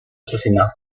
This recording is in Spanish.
asesinato